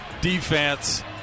defense